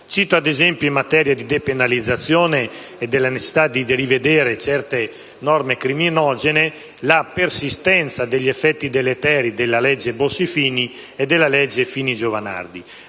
Cito, ad esempio, la materia della depenalizzazione e la necessità di rivedere certe norme criminogene, la persistenza degli effetti deleteri delle leggi Bossi-Fini e Fini-Giovanardi.